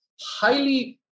highly